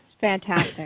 fantastic